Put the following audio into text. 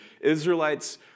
Israelites